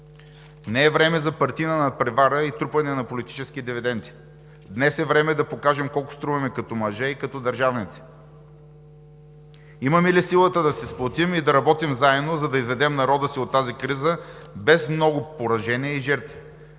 Не е време за партийна надпревара и трупане на политически дивиденти. Днес е време да покажем колко струваме като мъже и като държавници, имаме ли силата да се сплотим и да работим заедно, за да изведем народа си от тази криза без много поражения и жертви,